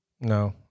No